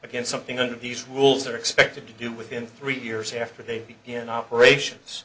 again something under these rules are expected to do within three years after they began operations